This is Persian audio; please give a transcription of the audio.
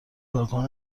کارکنان